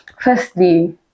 firstly